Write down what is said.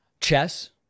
chess